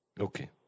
Okay